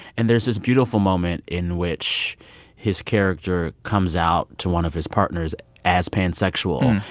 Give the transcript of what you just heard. and there's this beautiful moment in which his character comes out to one of his partners as pansexual.